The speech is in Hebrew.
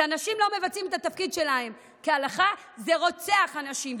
כשאנשים לא מבצעים את התפקיד שלהם כהלכה זה רוצח אנשים,